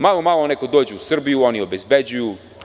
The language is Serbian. Malo, malo neko dođe u Srbiju, oni obezbeđuju.